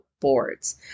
boards